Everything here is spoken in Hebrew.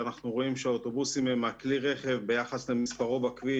אנחנו רואים שהאוטובוס הוא הכלי רכב ביחס למספרו בכביש,